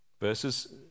verses